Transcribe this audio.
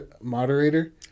moderator